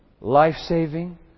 Life-saving